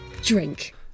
drink